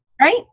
right